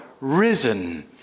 risen